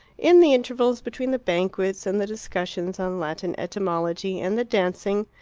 in the intervals between the banquets and the discussions on latin etymology and the dancing,